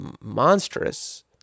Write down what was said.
monstrous